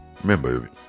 remember